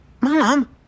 Mom